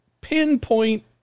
pinpoint